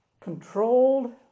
controlled